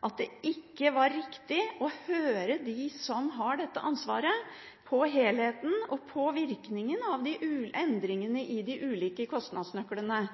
at det ikke var riktig å høre dem som har ansvaret for helheten og for virkningen av endringene i de ulike kostnadsnøklene?